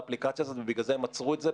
האפליקציה הזו ובגלל זה הם עצרו את זה,